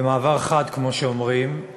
במעבר חד, כמו שאומרים,